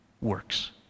works